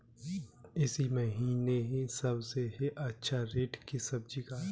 इस महीने सबसे अच्छा रेट किस सब्जी का है?